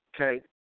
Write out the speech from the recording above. Okay